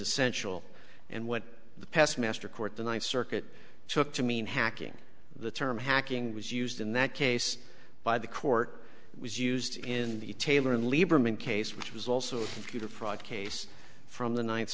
essential and when the past master court the ninth circuit took to mean hacking the term hacking was used in that case by the court it was used in the taylor lieberman case which was also due to fraud case from the ninth